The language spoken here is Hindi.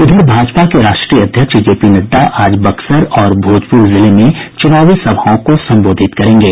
इधर भाजपा के राष्ट्रीय अध्यक्ष जे पी नड्डा आज बक्सर और भोजपुर जिले में चुनावी सभाओं को संबोधित करेंगे